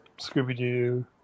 Scooby-Doo